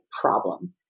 problem